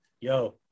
Yo